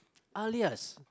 alias